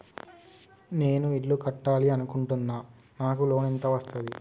నేను ఇల్లు కట్టాలి అనుకుంటున్నా? నాకు లోన్ ఎంత వస్తది?